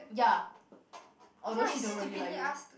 ya although she don't really like you